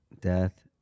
death